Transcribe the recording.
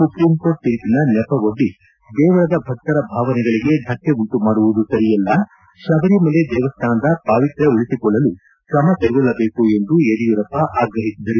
supreme court ತೀರ್ಪಿನ ನೆಪವೊಡ್ಡಿ ದೇವಳದ ಭಕ್ತರ ಭಾವನೆಗಳಿಗೆ ಧಕ್ತೆ ಉಂಟು ಮಾಡುವುದು ಸರಿಯಲ್ಲ ಶಬರಿಮಲೆ ದೇವಸ್ಥಾನದ ಪಾವಿತ್ರ ್ಯ ಉಳಿಸಿಕೊಳ್ಳಲು ಕ್ರಮ ಕೈಗೊಳ್ಳಬೇಕು ಎಂದು ಅವರು ಆಗ್ರಹಿಸಿದರು